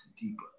deeper